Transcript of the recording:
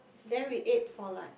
then we ate for like